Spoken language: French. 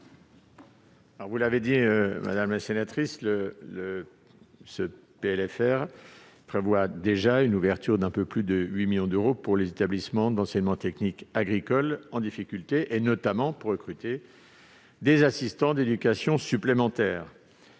loi de finances rectificative prévoit déjà l'ouverture d'un peu plus de 8 millions d'euros pour les établissements de l'enseignement technique agricole en difficulté, afin notamment de recruter des assistants d'éducation supplémentaires.